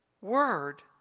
Word